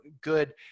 good